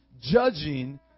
judging